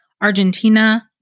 Argentina